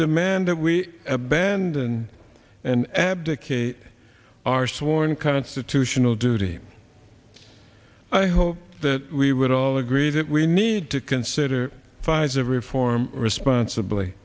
demand that we abandon and abdicate our sworn constitutional duty i hope that we would all agree that we need to consider pfizer reform responsibly